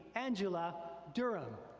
angela durham.